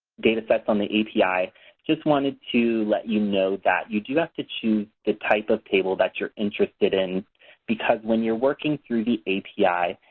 data sets on the api, just wanted to let you know that you do have to choose the type of table that you're interested in because when you're working through the api,